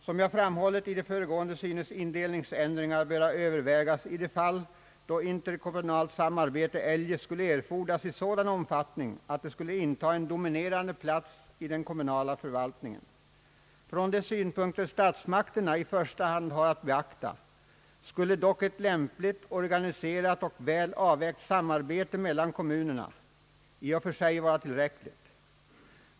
Som jag framhållit i det föregående synes indelningsändringar böra övervägas i de fall då interkommunalt samarbete eljest skulle erfordras i sådan omfattning att det skulle intaga en dominerande plats i den kommunala förvaltningen. Från de synpunkter statsmakterna i första hand har att beakta skulle dock ett lämpligt organiserat och väl avvägt samarbete mellan kommunerna i och för sig vara tillräckligt.